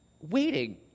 waiting